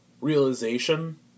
realization